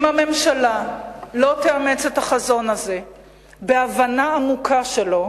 אם הממשלה לא תאמץ את החזון הזה בהבנה עמוקה שלו,